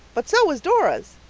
but so was dora's,